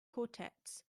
quartets